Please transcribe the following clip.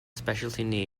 specialty